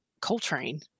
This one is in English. coltrane